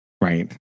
right